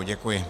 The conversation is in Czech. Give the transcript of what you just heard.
Děkuji.